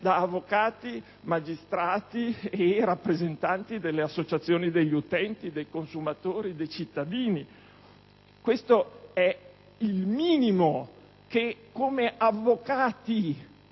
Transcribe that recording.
da avvocati, magistrati e rappresentanti delle associazioni degli utenti, dei consumatori, dei cittadini. Questo è il minimo che come avvocati